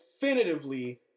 definitively